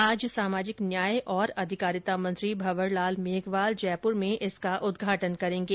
आज सामाजिक न्याय और अधिकारिता मंत्री भंवरलाल मेघवाल जयपुर में इस कहल सेंटर का उद्घाटन करेंगे